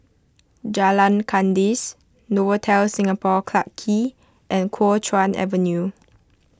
Jalan Kandis Novotel Singapore Clarke Quay and Kuo Chuan Avenue